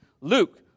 Luke